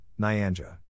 Nyanja